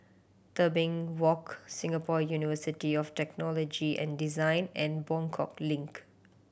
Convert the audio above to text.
Tebing Walk Singapore University of Technology and Design and Buangkok Link